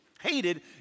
hated